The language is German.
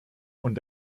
und